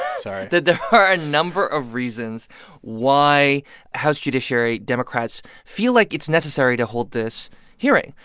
sorry. that there are a number of reasons why house judiciary democrats feel like it's necessary to hold this hearing.